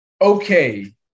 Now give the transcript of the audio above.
Okay